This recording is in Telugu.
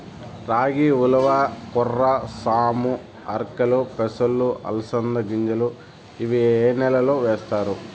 రాగి, ఉలవ, కొర్ర, సామ, ఆర్కెలు, పెసలు, అలసంద గింజలు ఇవి ఏ నెలలో వేస్తారు?